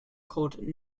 called